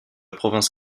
province